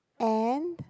and